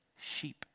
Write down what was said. sheep